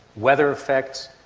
weather effects,